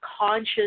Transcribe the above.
conscious